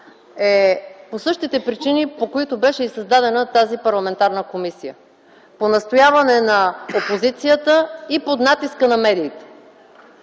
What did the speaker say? по същите причини, по които беше и създадена тази парламентарна комисия – по настояване на опозицията и под натиска на медиите,